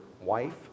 wife